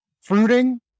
fruiting